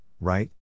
right